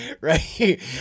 right